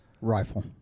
Rifle